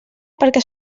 perquè